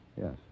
Yes